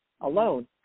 alone